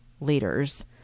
leaders